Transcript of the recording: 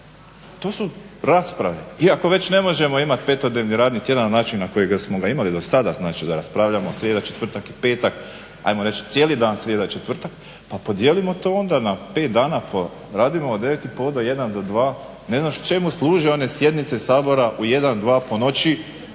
To su rasprave, i ako već ne možemo imati 5-dnevni radni tjedan na način na koji smo ga imali dosada, znači da raspravljamo srijeda, četvrtak i petak ajmo reći cijeli dan srijeda, četvrtak, pa podijelimo to onda na 5 dana pa radimo od 9,30 do 13, 14 ne znam čemu služe one sjednice Sabora u 1, 2 po noći